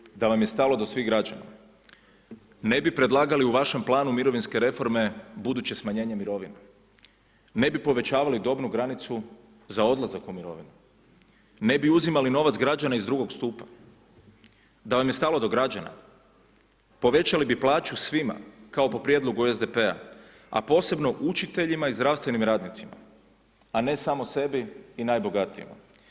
E vidite da vam je stalo do svih građana ne bi predlagali u vašem planu mirovinske reforme buduće smanjenje mirovina, ne bi povećavali dobnu granicu za odlazak u mirovinu ne bi uzimali novac građana iz drugog stupa, da vam je stalo do građana povećali bi plaću svima kao po prijedlogu SDP-a, a posebno učiteljima i zdravstvenim radnicima, a ne samo sebi i najbogatijima.